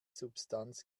substanz